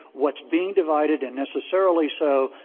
what's being divided, and necessarily so,